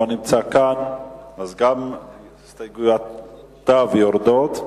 לא נמצא כאן, אז גם הסתייגויותיו יורדות.